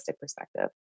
perspective